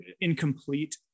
incomplete